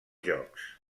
jocs